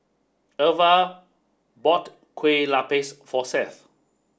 Irva bought kue Lupis for Seth